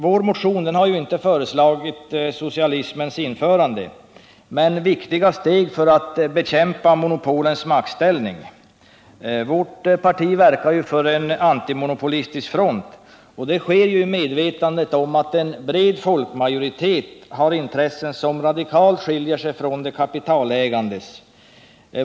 Vår motion har inte föreslagit socialismens införande men däremot viktiga steg för att bekämpa monopolens maktställning. Vårt parti verkar ju för en antimonopolistisk front, och det sker i medvetande om att en bred folkmajoritet har intressen som radikalt skiljer sig från de kapitalägandes.